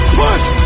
push